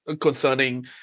concerning